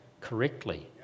correctly